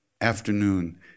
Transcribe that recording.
afternoon